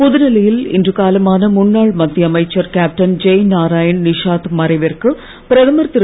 புதுடெல்லியில் இன்று காலமான முன்னாள் மத்திய அமைச்சர் கேப்டன் ஜெய் நாராயண் நிஷாத் மறைவிற்கு பிரதமர் திரு